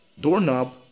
doorknob